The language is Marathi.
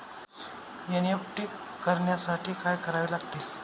एन.ई.एफ.टी करण्यासाठी काय करावे लागते?